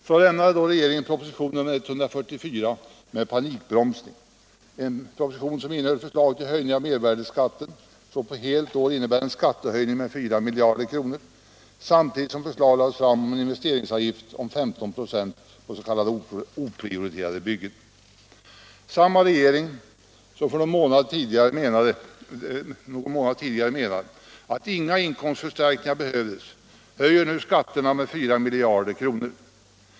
Så lämnade då regeringen propositionen 144 med panikbromsning, innehållande förslag till höjning av mervärdeskatten som på helt år innebär en skattehöjning med 4 miljarder kronor samtidigt som förslag lades fram om en investeringsavgift om 15 96 på s.k. oprioriterade byggen. Samma regering som någon månad tidigare menade att inga inkomstförstärkningar behövdes höjer nu skatterna med 4 miljarder kronor.